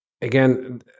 again